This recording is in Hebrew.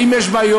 אם יש בעיות,